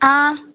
ஆ